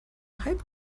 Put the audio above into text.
hype